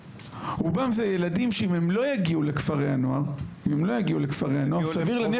רובם זה ילדים שאם הם לא יגיעו לכפרי הנוער סביר להניח